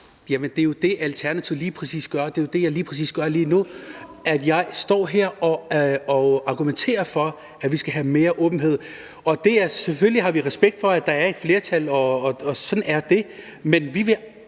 lige præcis det, Alternativet gør. Det er jo lige præcis det, jeg gør lige nu. Jeg står her og argumenterer for, at vi skal have mere åbenhed. Selvfølgelig har vi respekt for, at der er et flertal, og sådan er det, men vi vil